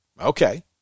Okay